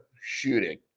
shooting